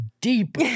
deep